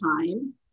time